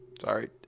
Sorry